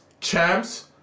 champs